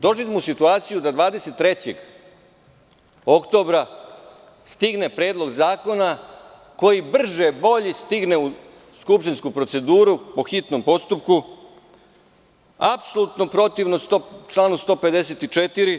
Dođemo u situaciju da 23. oktobra stigne Predlog zakona koji brže bolje stigne u skupštinsku proceduru po hitnom postupku, apsolutno protivno članu 154.